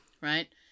Right